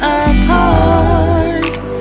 apart